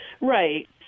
Right